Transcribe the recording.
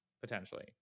potentially